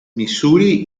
missouri